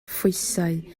phwysau